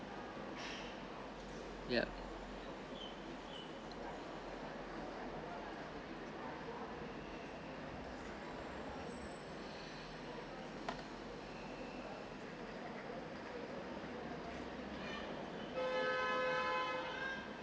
yup